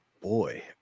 boy